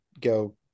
go